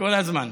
כל הזמן.